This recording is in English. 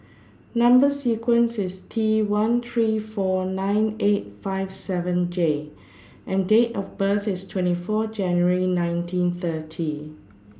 Number sequence IS T one three four nine eight five seven J and Date of birth IS twenty four January nineteen thirty